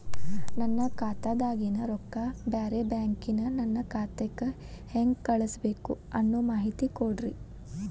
ನನ್ನ ಖಾತಾದಾಗಿನ ರೊಕ್ಕ ಬ್ಯಾರೆ ಬ್ಯಾಂಕಿನ ನನ್ನ ಖಾತೆಕ್ಕ ಹೆಂಗ್ ಕಳಸಬೇಕು ಅನ್ನೋ ಮಾಹಿತಿ ಕೊಡ್ರಿ?